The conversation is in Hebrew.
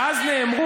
ואז נאמר,